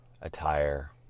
attire